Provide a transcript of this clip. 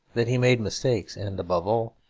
that he made mistakes, and, above all,